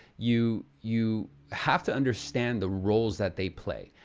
you you have to understand the roles that they play.